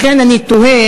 לכן אני תוהה,